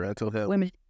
women